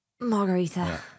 Margarita